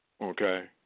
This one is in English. Okay